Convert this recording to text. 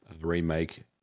remake